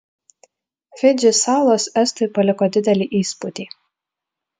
fidži salos estui paliko didelį įspūdį